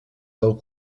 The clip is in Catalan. del